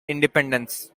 independence